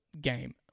game